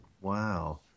Wow